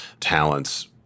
talent's